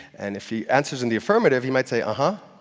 and if he answers in the affirmative, he might say, uh-huh!